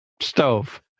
stove